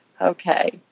okay